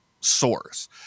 source